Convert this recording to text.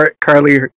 Carly